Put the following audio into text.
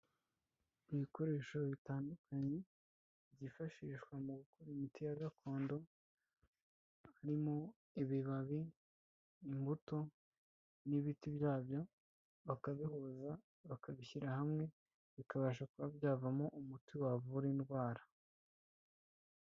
Ibikoresho bitandukanye byifashishwa mu gukora imiti ya gakondo, harimo ibibabi, imbuto n'ibiti byabyo, bakabihuza, bakabishyira hamwe, bikabasha kuba byavamo umuti wavura indwara.